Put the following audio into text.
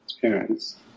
parents